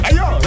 Ayo